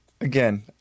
again